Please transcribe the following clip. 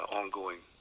ongoing